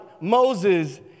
Moses